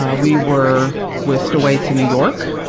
ah we were whisked away to new york,